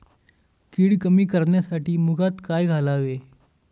कीड कमी करण्यासाठी मुगात काय घालावे?